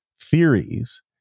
theories